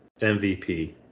MVP